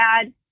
add